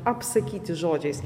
apsakyti žodžiais